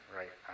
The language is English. right